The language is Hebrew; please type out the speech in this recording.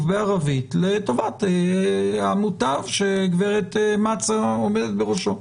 בערבית לטובת המותב שגברת מצא עומדת בראשו.